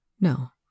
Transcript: No